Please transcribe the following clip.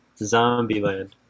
Zombieland